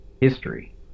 history